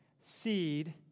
seed